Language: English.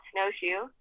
Snowshoe